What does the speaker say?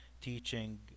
teaching